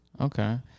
Okay